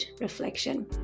reflection